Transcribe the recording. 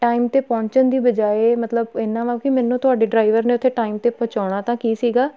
time 'ਤੇ ਪਹੁੰਚਣ ਦੀ ਬਜਾਏ ਮਤਲਬ ਇੰਨਾ ਵਾ ਕਿ ਮੈਨੂੰ ਤੁਹਾਡੇ ਡਰਾਈਵਰ ਨੇ ਉੱਥੇ ਟਾਈਮ 'ਤੇ ਪਹੁੰਚਾਉਣਾ ਤਾਂ ਕੀ ਸੀਗਾ